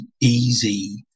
easy